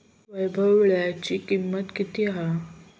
वैभव वीळ्याची किंमत किती हा?